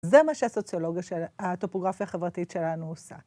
זה מה שהסוציולוגיה של הטופוגרפיה החברתית שלנו עושה.